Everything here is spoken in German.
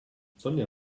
sonja